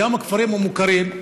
גם הכפרים המוכרים,